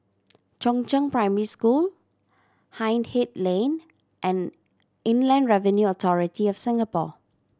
Chongzheng Primary School Hindhede Lane and Inland Revenue Authority of Singapore